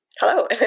Hello